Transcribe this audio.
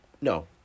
No